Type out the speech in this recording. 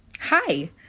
Hi